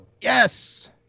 Yes